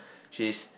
she's